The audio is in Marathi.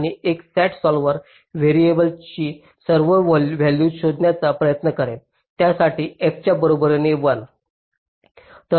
आणि एक SAT सॉल्व्हर व्हेरिएबल्सची काही व्हॅल्यूज शोधण्याचा प्रयत्न करेल ज्यासाठी f च्या बरोबर 1